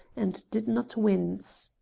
and did not wince.